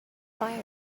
fire